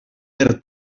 per